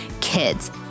kids